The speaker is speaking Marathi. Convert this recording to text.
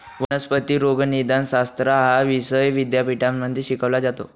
वनस्पती रोगनिदानशास्त्र हा विषय विद्यापीठांमध्ये शिकवला जातो